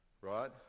right